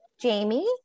Jamie